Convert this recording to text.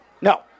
No